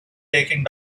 taking